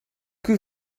que